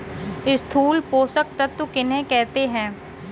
स्थूल पोषक तत्व किन्हें कहते हैं?